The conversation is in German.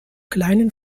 kleinen